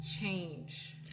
change